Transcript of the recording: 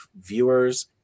viewers